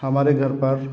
हमारे घर पर